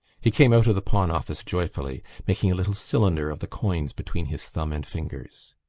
he came out of the pawn-office joyfully, making a little cylinder, of the coins between his thumb and fingers.